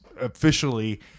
officially